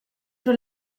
pro